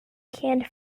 canned